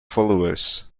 followers